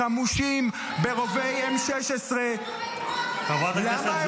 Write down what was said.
חמושים ברובי M16. תהיה בשקט.